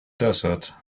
desert